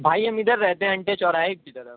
بھائی ہم ادھر رہتے ہیں انٹے چوراہے کی طرف